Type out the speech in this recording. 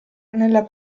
nella